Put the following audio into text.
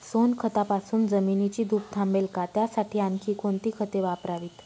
सोनखतापासून जमिनीची धूप थांबेल का? त्यासाठी आणखी कोणती खते वापरावीत?